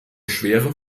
schwere